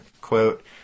quote